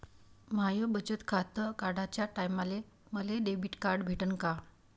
माय बचत खातं काढाच्या टायमाले मले डेबिट कार्ड भेटन का?